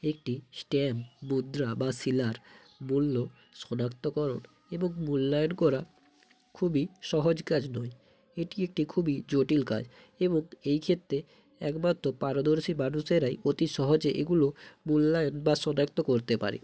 একটি স্ট্যাম্প মুদ্রা বা শিলার মূল্য শনাক্তকরণ এবং মূল্যায়ন করা খুবই সহজ কাজ নয় এটি একটি খুবই জটিল কাজ এবং এই ক্ষেত্রে একমাত্র পারদর্শী মানুষেরাই অতি সহজে এগুলো মূল্যায়ন বা শনাক্ত করতে পারে